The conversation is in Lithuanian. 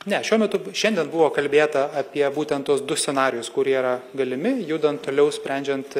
ne šiuo metu šiandien buvo kalbėta apie būtent tuos du scenarijus kurie yra galimi judant toliau sprendžiant